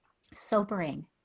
sobering